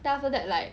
then after that like